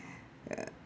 uh